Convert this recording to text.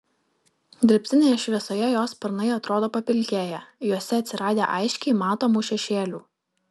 dirbtinėje šviesoje jo sparnai atrodo papilkėję juose atsiradę aiškiai matomų šešėlių